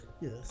Yes